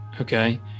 okay